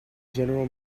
general